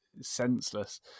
senseless